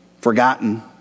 forgotten